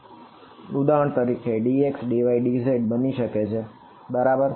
ઉદાહરણ તરીકે તે dx dy dz બની શકે છે બરાબર